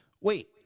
wait